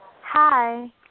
Hi